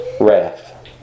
wrath